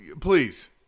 Please